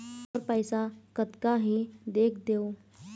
मोर पैसा कतका हे देख देव?